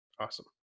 Awesome